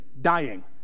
dying